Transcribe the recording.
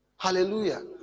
Hallelujah